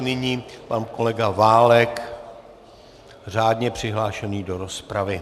Nyní pan kolega Válek, řádně přihlášený do rozpravy.